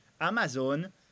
Amazon